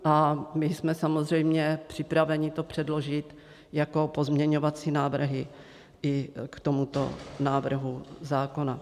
A my jsme samozřejmě připraveni to předložit jako pozměňovací návrhy i k tomuto návrhu zákona.